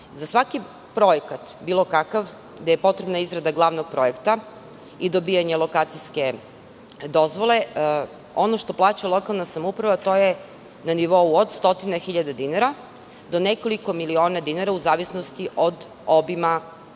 svaki projekat, bilo kakav, gde je potrebna izrada glavnog projekta i dobijanje lokacijske dozvole, ono što plaća lokalna samouprava to je na nivou od 100.000 dinara do nekoliko miliona dinara, u zavisnosti od obima posla.